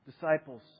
Disciples